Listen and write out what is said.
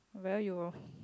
via you loh